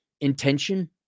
intention